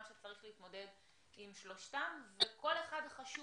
שצריך להתמודד עם שלושתם וכל אחד חשוב,